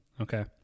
Okay